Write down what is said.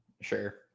Sure